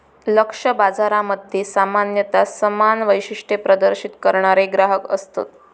लक्ष्य बाजारामध्ये सामान्यता समान वैशिष्ट्ये प्रदर्शित करणारे ग्राहक असतत